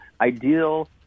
ideal